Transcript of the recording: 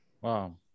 Wow